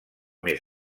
més